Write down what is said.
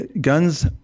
guns